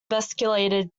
bespectacled